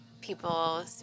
people